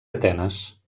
atenes